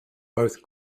both